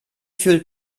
fühlt